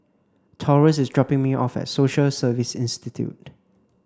Taurus is dropping me off at Social Service Institute